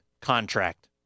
contract